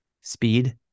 speed